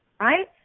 right